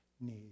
need